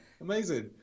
amazing